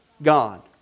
God